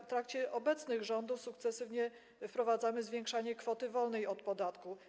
W trakcie obecnych rządów sukcesywnie wprowadzamy zwiększanie kwoty wolnej od podatku.